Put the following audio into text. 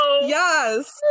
Yes